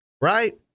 right